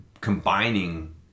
combining